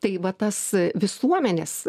tai va tas visuomenės